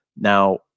Now